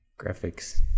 graphics